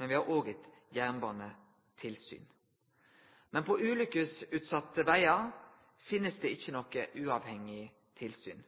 men vi har òg eit jernbanetilsyn. På ulykkesutsette vegar finst det derimot ikkje noko uavhengig tilsyn.